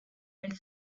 elle